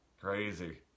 Crazy